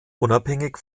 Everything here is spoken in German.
unabhängig